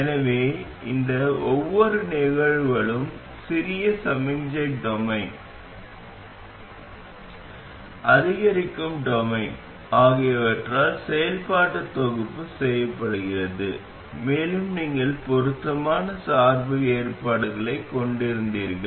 எனவே இந்த ஒவ்வொரு நிகழ்வுகளிலும் சிறிய சமிக்ஞை டொமைன் அதிகரிக்கும் டொமைன் ஆகியவற்றில் செயல்பாட்டுத் தொகுப்பு செய்யப்படுகிறது மேலும் நீங்கள் பொருத்தமான சார்பு ஏற்பாடுகளைக் கொண்டிருந்தீர்கள்